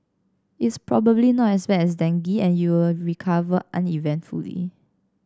it's probably not as bad as dengue and you'll recover uneventfully